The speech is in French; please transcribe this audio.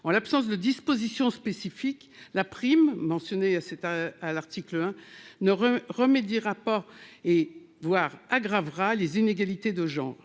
En l'absence de disposition spécifique, la prime mentionnée à l'article 1 ne remédiera pas aux inégalités de genres